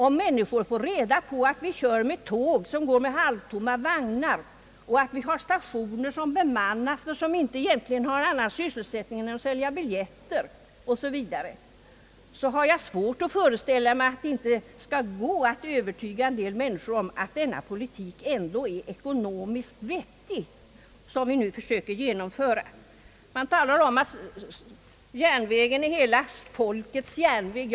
Om människor får reda på att vi har tåg som kör med halvtomma vagnar och att vi har stationer där man inte har annan sysselsättning än att sälja biljetter osv., har jag svårt att föreställa mig att det inte skall gå att övertyga flertalet om att den politik som vi nu försöker genomföra ändå är ekonomiskt vettig. Man talar om att järnvägen är hela folkets järnväg.